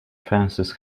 fences